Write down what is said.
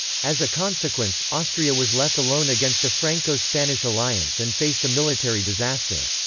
as a consequence, austria was left alone against a franco-spanish alliance and faced a military disaster.